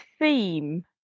theme